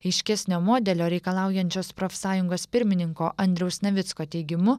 iškesnio modelio reikalaujančios profsąjungos pirmininko andriaus navicko teigimu